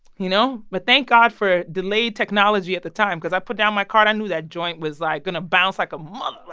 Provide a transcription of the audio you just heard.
you know? but thank god for delayed technology at the time because i put down my card, i knew that joint was, like, going to bounce like a mother,